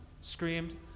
screamed